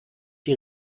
die